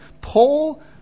Paul